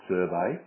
Survey